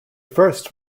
first